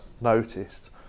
noticed